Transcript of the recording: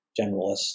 generalist